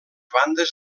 bandes